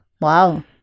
Wow